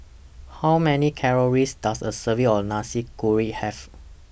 How Many Calories Does A Serving of Nasi Kuning Have